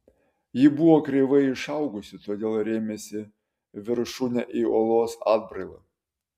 ji buvo kreivai išaugusi todėl rėmėsi viršūne į uolos atbrailą